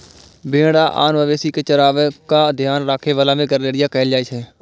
भेड़ आ आन मवेशी कें चराबै आ ध्यान राखै बला कें गड़ेरिया कहल जाइ छै